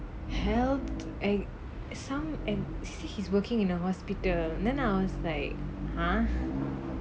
health some and he's working in a hospital then I was like !huh!